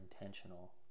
intentional